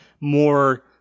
more